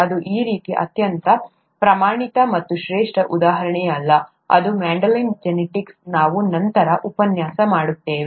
ಇದು ಈ ರೀತಿಯ ಅತ್ಯಂತ ಪ್ರಮಾಣಿತ ಅಥವಾ ಶ್ರೇಷ್ಠ ಉದಾಹರಣೆಯಲ್ಲ ಆದರೆ ಮೆಂಡೆಲಿಯನ್ ಜೆನೆಟಿಕ್ಸ್ ನಾವು ನಂತರದ ಉಪನ್ಯಾಸದಲ್ಲಿ ನೋಡುತ್ತೇವೆ